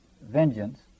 vengeance